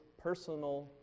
personal